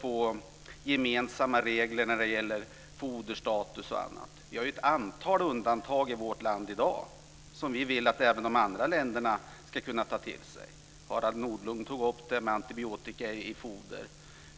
och gemensamma regler när det gäller t.ex. foderstatus. Sverige har ett antal undantag i dag som vi vill att även de andra länderna ska kunna ta till sig. Harald Nordlund tog upp frågan om antibiotika i foder.